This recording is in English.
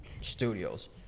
studios